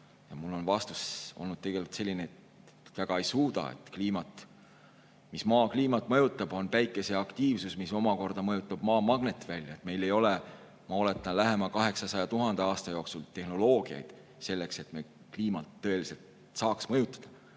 Mulle on vastus olnud selline, et väga ei suuda. Mis maa kliimat mõjutab, on päikese aktiivsus, mis omakorda mõjutab maa magnetvälja. Meil ei ole, ma oletan, lähema 800 000 aasta jooksul [loodud] tehnoloogiat selleks, et me kliimat tõeliselt saaks mõjutada.